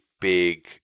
big